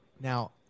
Now